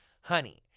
Honey